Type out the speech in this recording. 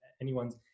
anyone's